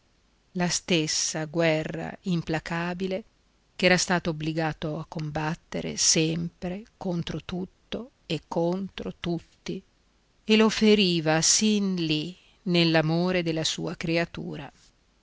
la stessa guerra implacabile ch'era stato obbligato a combattere sempre contro tutto e contro tutti e lo feriva sin lì nell'amore della sua creatura